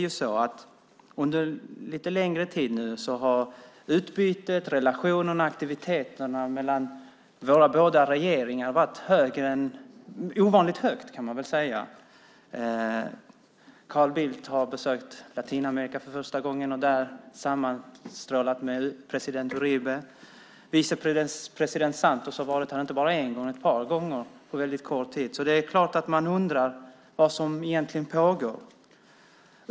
Under en lite längre tid nu har utbytet, relationerna och aktiviteterna mellan våra båda regeringar varit ovanligt högt. Carl Bildt har besökt Latinamerika för första gången och där sammanstrålat med president Uribe. Vice president Santos har varit här inte bara en gång utan ett par gångar på väldigt kort tid. Det är klart att man undrar vad som egentligen pågår.